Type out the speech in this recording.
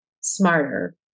smarter